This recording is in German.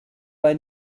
bei